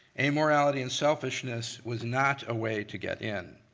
amorality and selfishness was not a way to get in.